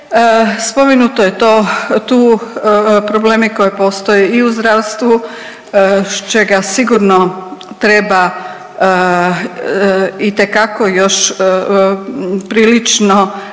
Spomenuto je to, tu problemi koji postoje i u zdravstvu, čega sigurno treba itekako još prilično